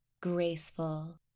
Graceful